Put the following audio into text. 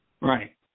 Right